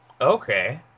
Okay